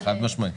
חד-משמעית.